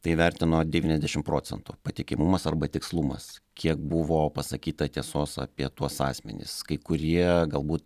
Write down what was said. tai vertino devyniasdešimt procentų patikimumas arba tikslumas kiek buvo pasakyta tiesos apie tuos asmenis kai kurie galbūt